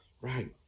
right